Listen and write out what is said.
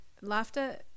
laughter